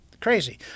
crazy